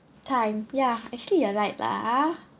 time ya actually you are right lah